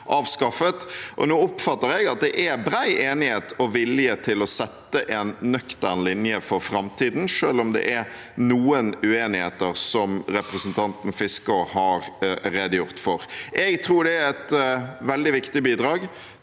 Nå oppfatter jeg at det er bred enighet om og vilje til å sette en nøktern linje for framtiden, selv om det er noen uenigheter, som representanten Fiskaa har redegjort for. Jeg tror det er et veldig viktig bidrag